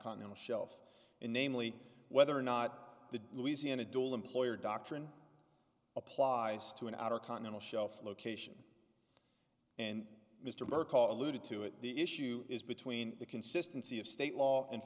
continental shelf and namely whether or not the louisiana dual employer doctrine applies to an outer continental shelf location and mr bercow alluded to it the issue is between the consistency of state law and